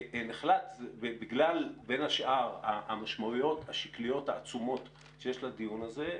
ונחלט בגלל בין השאר המשמעויות השקליות העצומות שיש לדיון הזה,